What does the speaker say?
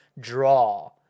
draw